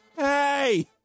Hey